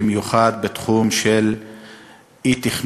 במיוחד בתחום של אי-תכנון,